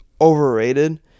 overrated